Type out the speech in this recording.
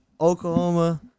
Oklahoma